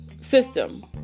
system